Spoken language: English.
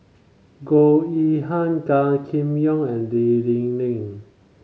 Goh Yihan Gan Kim Yong and Lee Ling